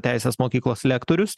teisės mokyklos lektorius